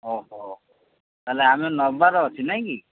ଓ ହୋ ତାହେଲେ ଆମେ ନେବାର ଅଛି ନାଇଁ କି